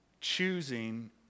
Choosing